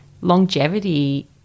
longevity